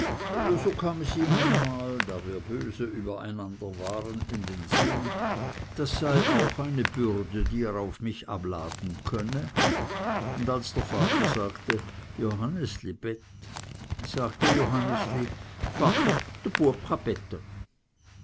so kam es ihm einmal da wir böse über einander waren in sinn das sei auch eine bürde die er auf mich abladen könne und als der vater sagte johannesli bet sagte johannesli vater